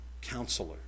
counselor